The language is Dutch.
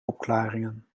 opklaringen